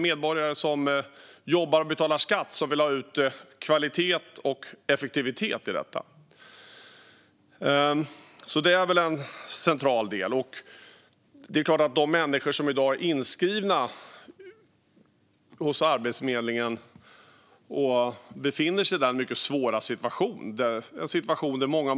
Medborgare som jobbar och betalar skatt vill ha kvalitet och effektivitet i detta. Det är väl en central del. Det är klart att de människor som i dag är inskrivna hos Arbetsförmedlingen befinner sig i en mycket svår situation.